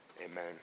Amen